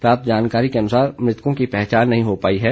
प्राप्त जानकारी के अनुसार मृतकों की पहचान नहीं हो पाई है